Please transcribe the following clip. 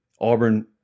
Auburn